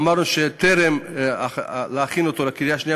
אמרנו שבטרם נכין אותו לקריאה שנייה